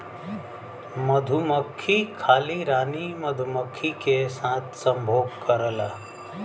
मधुमक्खी खाली रानी मधुमक्खी के साथ संभोग करेला